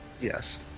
Yes